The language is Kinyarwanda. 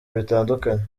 bitandukanye